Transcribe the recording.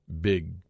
big